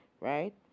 right